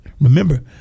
Remember